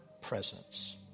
presence